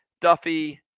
Duffy